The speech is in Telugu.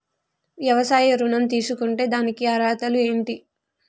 వ్యవసాయ ఋణం తీసుకుంటే దానికి అర్హతలు ఏంటి?